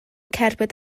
cerbyd